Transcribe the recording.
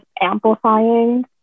amplifying